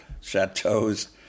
chateaus